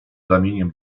ramieniem